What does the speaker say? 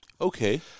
Okay